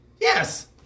Yes